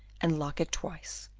and lock it twice.